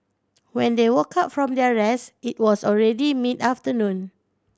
when they woke up from their rest it was already mid afternoon